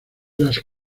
las